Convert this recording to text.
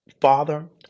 Father